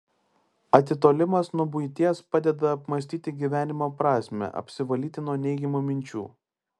atitolimas nuo buities padeda apmąstyti gyvenimo prasmę apsivalyti nuo neigiamų minčių